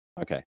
Okay